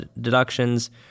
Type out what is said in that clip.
deductions